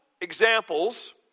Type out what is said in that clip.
examples